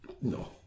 No